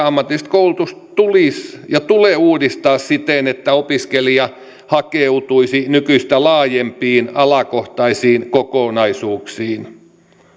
ammatillista koulutusta tulisi ja tulee uudistaa siten että opiskelija hakeutuisi nykyistä laajempiin alakohtaisiin kokonaisuuksiin